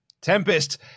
tempest